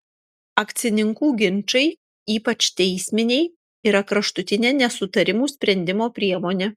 akcininkų ginčai ypač teisminiai yra kraštutinė nesutarimų sprendimo priemonė